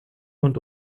und